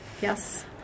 Yes